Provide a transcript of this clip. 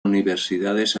universidades